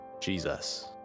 Jesus